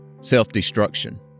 Self-Destruction